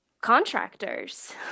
contractors